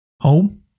Home